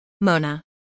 Mona